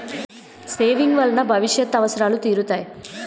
saving వలన భవిష్యత్ అవసరాలు తీరుతాయి